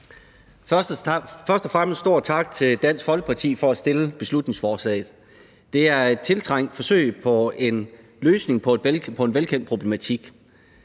Først og fremmest en stor tak til Dansk Folkeparti for at have fremsat beslutningsforslaget. Det er et tiltrængt forsøg på en løsning på en velkendt problematik.